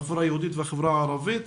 החברה היהודית והחברה הערבית.